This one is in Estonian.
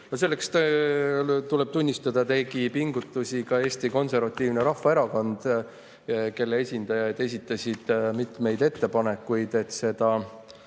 Selleks, tuleb tunnistada, tegi pingutusi ka Eesti Konservatiivne Rahvaerakond, kelle esindajad esitasid mitmeid ettepanekuid, et